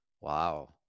wow